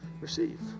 Receive